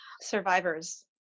Survivors